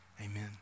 amen